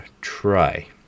try